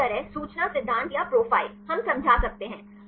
इसी तरह सूचना सिद्धांत या प्रोफाइल हम समझा सकते हैं